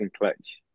clutch